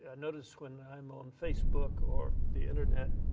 ah notice when i'm on facebook or the internet,